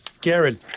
Garrett